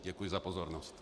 Děkuji za pozornost.